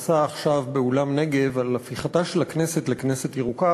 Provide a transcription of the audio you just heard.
שנערך עכשיו באולם "נגב" על הפיכתה של הכנסת לכנסת ירוקה,